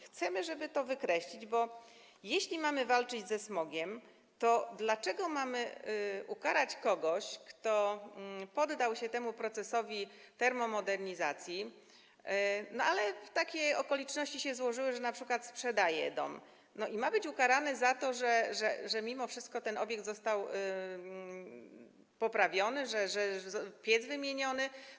Chcemy, żeby to wykreślić, bo jeśli mamy walczyć ze smogiem, to dlaczego mamy ukarać kogoś, kto poddał się temu procesowi termomodernizacji, ale okoliczności się tak złożyły, że np. sprzedaje dom i ma być ukarany za to, że mimo wszystko ten obiekt został poprawiony, że piec został wymieniony?